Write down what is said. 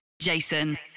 Jason